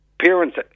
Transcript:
Parents